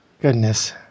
Goodness